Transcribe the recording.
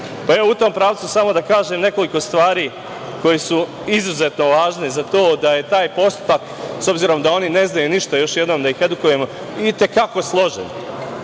sveta. Evo u tom pravcu samo da kažem nekoliko stvari koje su izuzetno važne za to da je taj postupak, s obzirom da oni ne znaju ništa, još jednom da ih edukujemo, i te kako složen.